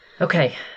Okay